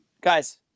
Guys